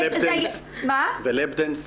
לאפ דאנס.